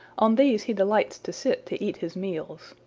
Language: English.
on these he delights to sit to eat his meals.